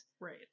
Right